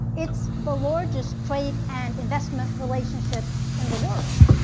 it's the largest trade and investment relationship in the world.